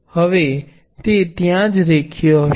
હવે તે ત્યાં જ રેખીય હશે